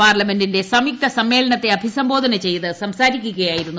പാർലമെന്റിന്റെ സംയുക്ത സമ്മേളനത്തെ അഭിസംബോധന ചെയ്ത് സംസാ രിക്കുകയായിരുന്നു അദ്ദേഹം